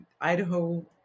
Idaho